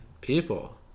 people